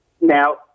Now